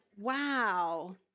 wow